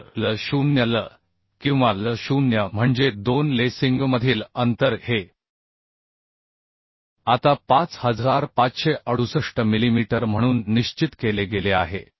तर L0L किंवा L0 म्हणजे दोन लेसिंगमधील अंतर हे आता 5568 मिलीमीटर म्हणून निश्चित केले गेले आहे